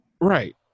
Right